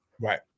Right